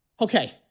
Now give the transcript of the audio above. Okay